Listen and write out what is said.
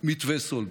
"מתווה סולברג".